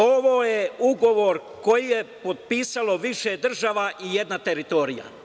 Ovo je ugovor koji je potpisalo više država i jedna teritorija.